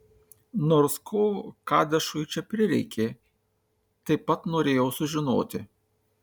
nors ko kadešui čia prireikė taip pat norėjau sužinoti